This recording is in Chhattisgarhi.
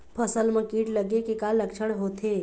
फसल म कीट लगे के का लक्षण होथे?